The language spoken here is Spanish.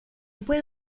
puede